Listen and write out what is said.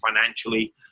financially